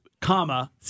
comma